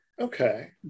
Okay